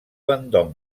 vendôme